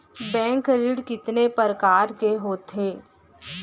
Bank ऋण कितने परकार के होथे ए?